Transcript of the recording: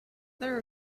there